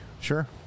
Sure